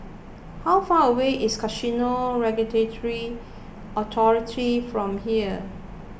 how far away is Casino Regulatory Authority from here